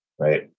Right